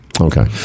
Okay